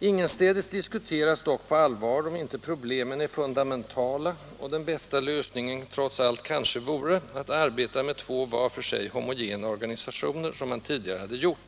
Ingenstädes diskuteras dock på allvar, om inte problemen är fundamentala och den bästa lösningen trots allt kanske vore att arbeta med två var för sig homogena organisationer, som man tidigare gjort,